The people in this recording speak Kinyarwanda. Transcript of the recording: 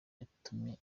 yatumye